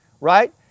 right